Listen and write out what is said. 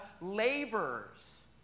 laborers